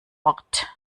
ort